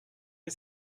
ils